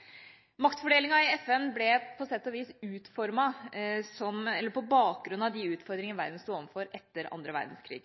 i FN ble på sett og vis utformet på bakgrunn av de utfordringene verden sto overfor etter andre verdenskrig.